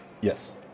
Yes